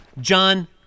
John